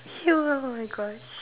you ah oh my Gosh